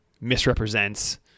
misrepresents